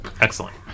excellent